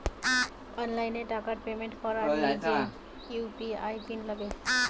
online টাকার payment করার জিনে ইউ.পি.আই পিন লাগে